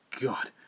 God